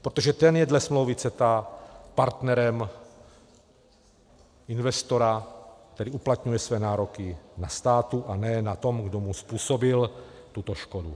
Protože ten je dle smlouvy CETA partnerem investora, který uplatňuje své nároky na státu, a ne na tom, kdo mu způsobil tuto škodu.